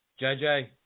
JJ